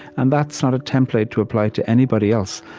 and that's not a template to apply to anybody else.